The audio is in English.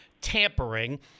tampering